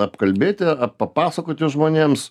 apkalbėti papasakoti žmonėms